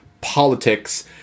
politics